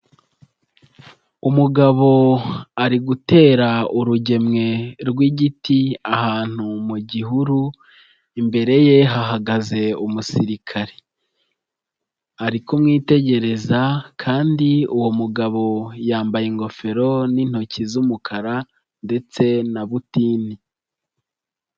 Umugabo ari gutera urugemwe rw'igiti ahantu mu gihuru, imbere ye hahagaze umusirikare. Ari kumwitegereza kandi uwo mugabo yambaye ingofero n'intoki z'umukara ndetse na butini.